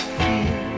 feel